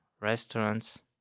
restaurants